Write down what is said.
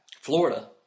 Florida